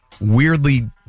Weirdly